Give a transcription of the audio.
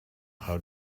how